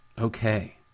Okay